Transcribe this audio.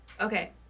Okay